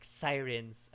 sirens